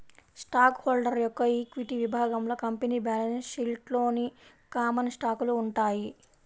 stock holder యొక్క equity విభాగంలో company balance షీట్లోని కామన్ స్టాకులు ఉంటాయి